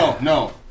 No